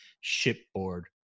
shipboard